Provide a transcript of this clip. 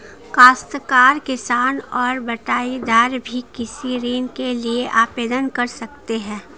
काश्तकार किसान और बटाईदार भी कृषि ऋण के लिए आवेदन कर सकते हैं